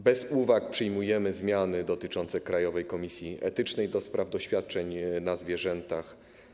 Bez uwag przyjmujemy zmiany dotyczące Krajowej Komisji Etycznej do Spraw Doświadczeń na Zwierzętach.